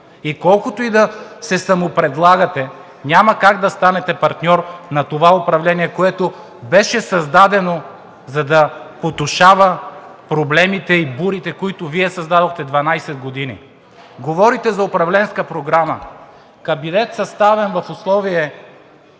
И колкото и да се самопредлагате, няма как да станете партньор на това управление, което беше създадено, за да потушава проблемите и бурите, които Вие създадохте за 12 години. Говорите за управленска програма. Кабинет, съставен в условия